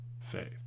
faith